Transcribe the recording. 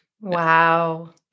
Wow